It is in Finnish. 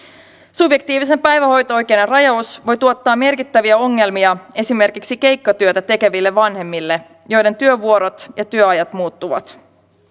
subjektiivisen päivähoito oikeuden rajaus voi tuottaa merkittäviä ongelmia esimerkiksi keikkatyötä tekeville vanhemmille joiden työvuorot ja työajat muuttuvat